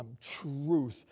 truth